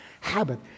habit